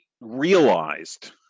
realized